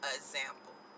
example